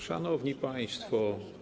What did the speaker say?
Szanowni Państwo!